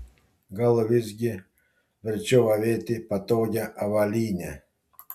gal visgi verčiau avėti patogią avalynę